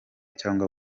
cyangwa